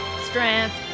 Strength